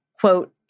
quote